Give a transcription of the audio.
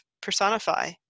personify